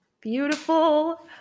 Beautiful